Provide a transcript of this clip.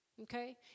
Okay